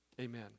amen